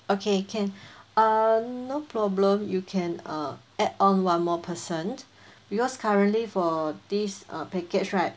okay can uh no problem you can uh add on one more person because currently for this uh package right